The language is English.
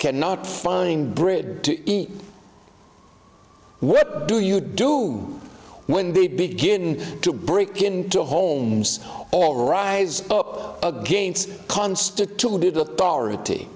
cannot find brid to eat what do you do when they begin to break into homes all rise up against constituted authority